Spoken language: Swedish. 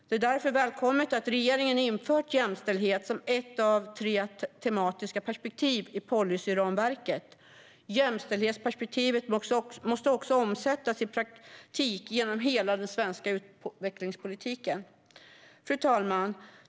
Det är därför välkommet att regeringen har infört jämställdhet som ett av tre tematiska perspektiv i policyramverket. Jämställdhetsperspektivet måste också omsättas i praktiken genom hela den svenska utvecklingspolitiken. Fru talman!